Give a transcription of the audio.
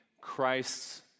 Christ's